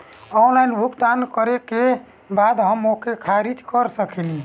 Online भुगतान करे के बाद हम ओके खारिज कर सकेनि?